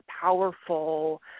powerful